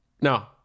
No